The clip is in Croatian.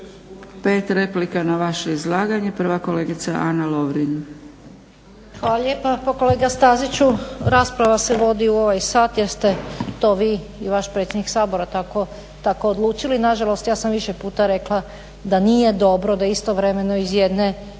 5 replika na vaše izlaganje. Prva kolegica Ana Lovrin.